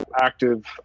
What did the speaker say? active